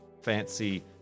fancy